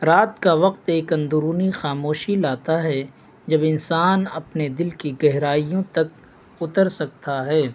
رات کا وقت ایک اندرونی خاموشی لاتا ہے جب انسان اپنے دل کی گہرائیوں تک اتر سکتا ہے